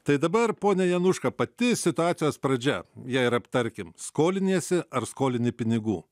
tai dabar pone januška pati situacijos pradžia ją ir aptarkim skoliniesi ar skolini pinigų